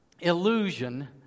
illusion